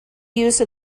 use